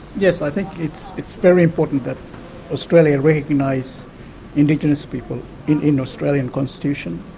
yes, i think it's. it's very important that australia recognises indigenous people in in australian constitution,